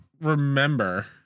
remember